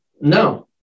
no